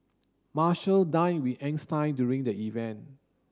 Marshall dined with Einstein during the event